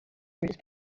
groups